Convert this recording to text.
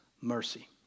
mercy